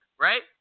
right